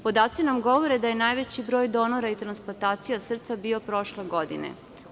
Podaci nam govore da je najveći broj donora i transplantacija srca bio prošle godine.